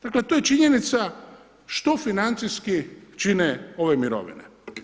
Dakle, to je činjenica što financijski čine ove mirovine.